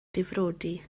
difrodi